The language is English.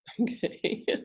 okay